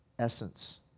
essence